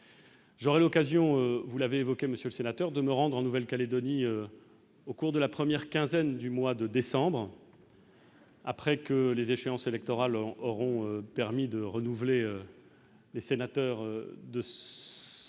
j'aurai l'occasion, vous l'avez évoqué, monsieur le sénateur, de me rendre en Nouvelle-Calédonie, au cours de la première quinzaine du mois de décembre, après que les échéances électorales auront permis de renouveler les sénateurs de de